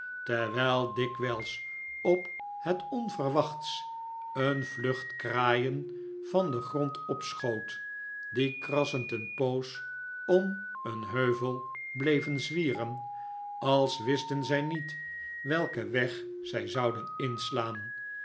terwijl dikwijls op het onverwachtst een vlucht kraaien van den grond opschoot die krassend een poos om een heuvel bleven zwieren als wisten zij niet welken weg zij zouden inslaan